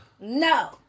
no